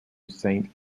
saint